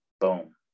boom